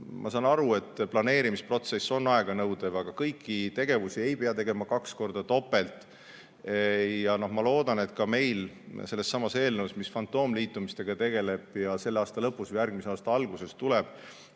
ma saan aru, et planeerimisprotsess on aeganõudev, aga kõiki tegevusi ei pea tegema kaks korda, topelt. Ma loodan, et ka sellesama eelnõuga, mis fantoomliitumistega tegeleb ja selle aasta lõpus või järgmise aasta alguses [siia